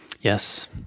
Yes